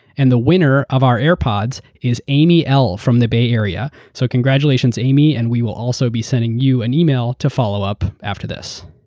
and the winner of our airpods is amy l from the bay area. so congratulations, amy, and we will also be sending you an email to follow up after this.